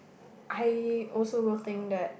I also will think that